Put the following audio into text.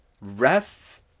rests